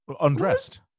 Undressed